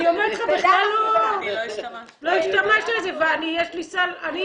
אני אומרת, בכלל לא השתמשתי בזה, רק בהסדר.